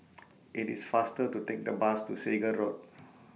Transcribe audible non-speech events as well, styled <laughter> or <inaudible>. <noise> IT IS faster to Take The Bus to Segar Road